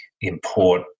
import